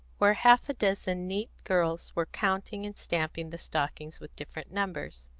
where half a dozen neat girls were counting and stamping the stockings with different numbers.